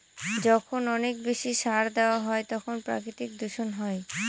যখন অনেক বেশি সার দেওয়া হয় তখন প্রাকৃতিক দূষণ হয়